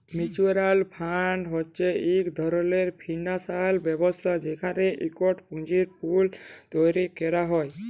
mutual fund হছে ইক ধরলের ফিল্যালসিয়াল ব্যবস্থা যেখালে ইকট পুঁজির পুল তৈরি ক্যরা হ্যয়